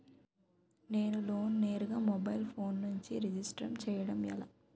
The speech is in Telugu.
నేను లోన్ నేరుగా మొబైల్ ఫోన్ నుంచి రిజిస్టర్ చేయండి ఎలా?